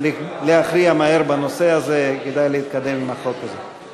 להכריע מהר בנושא הזה כדי להתקדם עם החוק הזה.